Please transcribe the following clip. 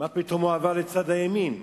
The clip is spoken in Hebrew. מה פתאום הוא עבר לצד ימין?